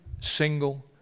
single